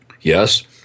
Yes